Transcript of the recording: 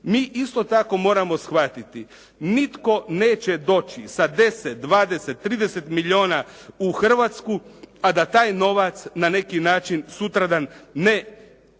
Mi isto tako moramo shvatiti, nitko neće doći sa 10, 20, 30 milijuna u Hrvatsku a da taj novac na neki način sutradan ne